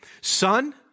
son